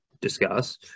discuss